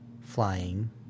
flying